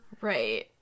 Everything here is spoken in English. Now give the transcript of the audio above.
right